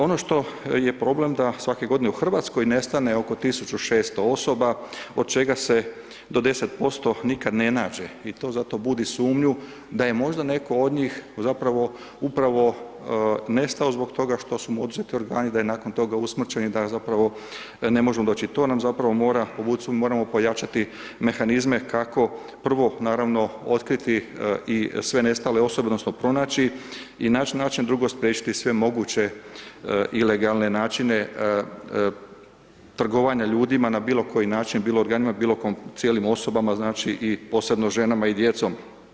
Ono što je problem da svake godine u RH nestane oko 1600 osoba, od čega se do 10% nikad ne nađe i to zato budi sumnju da je možda netko od njih zapravo upravo nestao zbog toga što su mu oduzeti organi da je nakon toga usmrćen i da ga zapravo ne možemo ... i to nam zapravo mora ... moramo pojačati mehanizme kako prvo naravno otkriti i sve nestale osobe odnosno pronaći i naći način, drugo spriječiti sve moguće ilegalne načine trgovanja ljudima na bilokoji način, bilo organima, bilo cijelim osobama znači i posebno ženama i djecom.